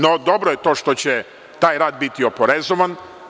No, dobro je to što će taj rad biti oporezovan.